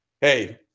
hey